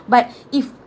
but if